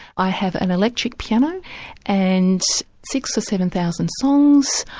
i have an electric piano and six or seven thousand songs,